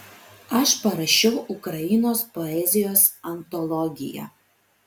aš parašiau ukrainos poezijos antologiją